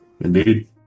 Indeed